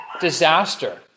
disaster